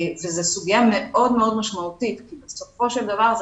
זו סוגיה מאוד מאוד משמעותית כי בסופו של דבר זה